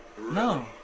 No